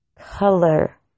color